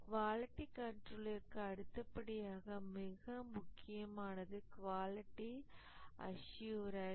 quality கன்ட்ரோல்லிற்கு அடுத்தபடியாக மிக முக்கியமானது குவாலிட்டி அஷ்யூரன்ஸ்